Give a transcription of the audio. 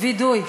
וידוי.